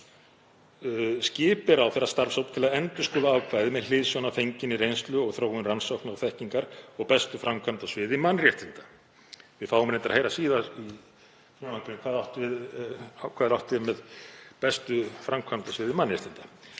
skipi ráðherra starfshóp til að endurskoða ákvæðið með hliðsjón af fenginni reynslu og þróun rannsókna og þekkingar og bestu framkvæmd á sviði mannréttinda. Við fáum reyndar að heyra síðar í frumvarpinu hvað átt er við með orðunum bestu framkvæmd á sviði mannréttinda.